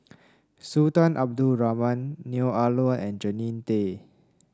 Sultan Abdul Rahman Neo Ah Luan and Jannie Tay